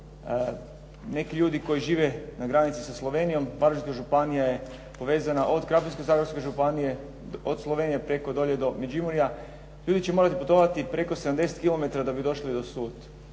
neki ljudi koji žive na granici sa Slovenijom, Varaždinska županija je povezana od Krapinsko-zagorske županije, od Slovenije dolje do Međimurja. Ljudi će morati putovati preko 70 kilometara da bi došli na sud.